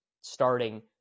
starting